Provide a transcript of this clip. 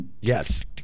Yes